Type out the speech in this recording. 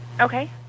Okay